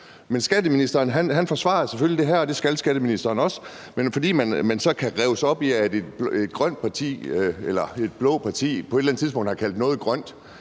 Men skatteministeren forsvarer selvfølgelig det her, og det skal skatteministeren selvfølgelig også. Men fordi man kan rive op i, at et blåt parti på et eller andet tidspunkt har kaldt noget grønt,